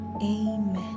amen